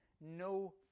No